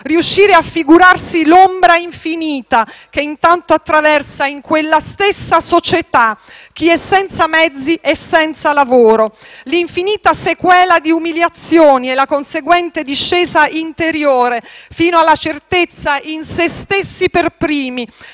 riuscire a figurarsi l'ombra infinita che intanto attraversa in quella stessa società chi è senza mezzi e senza lavoro; l'infinita sequela di umiliazioni e la conseguente discesa interiore fino alla certezza, in se stessi per primi,